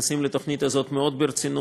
מתייחסים לתוכנית הזאת מאוד ברצינות,